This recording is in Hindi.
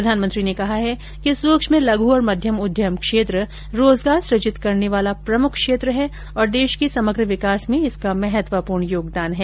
प्रधानमंत्री ने कहा कि सुक्ष्म लघु और मध्यम उद्यम क्षेत्र रोजगार सुजित करने वाला प्रमुख क्षेत्र है और देश के समग्र विकास में इसका महत्वपूर्ण योगदान है